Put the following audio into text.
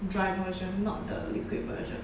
dry version not the liquid version